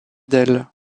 d’elle